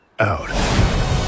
out